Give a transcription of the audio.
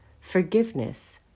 forgiveness